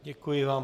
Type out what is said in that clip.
Děkuji vám.